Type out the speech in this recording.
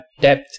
depth